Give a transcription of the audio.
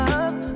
up